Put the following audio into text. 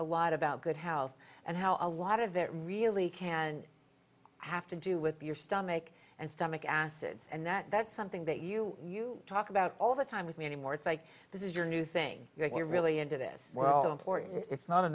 a lot about good health and how a lot of there really can have to do with your stomach and stomach acids and that that's something that you you talk about all the time with me anymore it's like this is your new thing you're really into this so important it's not a